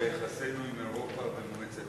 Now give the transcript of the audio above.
ביחסינו עם אירופה ומועצת אירופה.